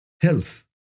health